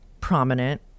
prominent